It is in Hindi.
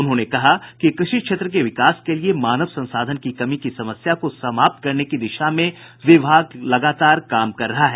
उन्होंने कहा कि कृषि क्षेत्र के विकास के लिए मानव संसाधन की कमी की समस्या को समाप्त करने की दिशा में विभाग लगातार काम कर रहा है